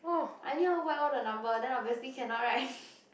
I anyhow whack all the number so obviously cannot right